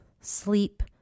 sleep